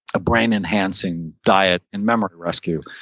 a brain enhancing diet in memory rescue,